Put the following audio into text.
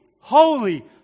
holy